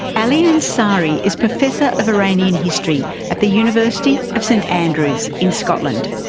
ali ansari is professor of iranian history at the university of st andrews in scotland.